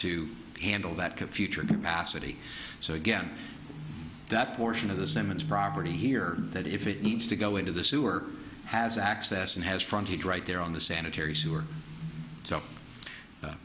to handle that to future acidy so again that portion of the simmons property here that if it needs to go into the sewer has access and has fronted right there on the sanitary sewer so